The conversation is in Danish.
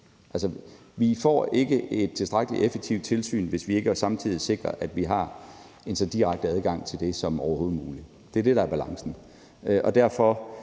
vi får ikke et tilstrækkelig effektivt tilsyn, hvis ikke vi også samtidig sikrer, at vi har en så direkte adgang til det som overhovedet muligt. Det er det, der er balancen.